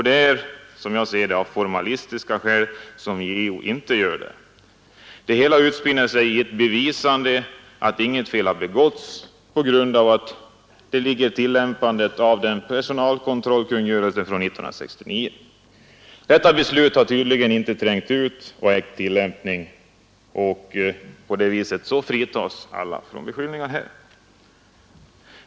Det är, som jag ser det, av formalistiska skäl som JO inte gör det. Det hela utmynnar i ett bevisande av att inget fel har begåtts i fråga om tillämpningen av personkontrollkungörelsen från 1969. Detta beslut har tydligen inte trängt ut och inte ägt tillämpning, och på det viset fritas alla från beskyllningar.